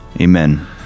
Amen